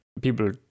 people